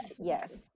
yes